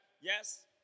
Yes